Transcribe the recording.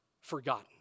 forgotten